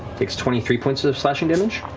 takes twenty three points of slashing damage.